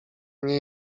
nie